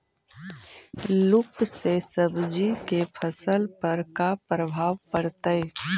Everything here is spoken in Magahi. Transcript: लुक से सब्जी के फसल पर का परभाव पड़तै?